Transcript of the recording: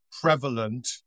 prevalent